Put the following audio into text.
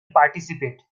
participate